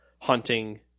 hunting –